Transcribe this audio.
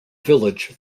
village